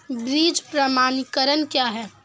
बीज प्रमाणीकरण क्या है?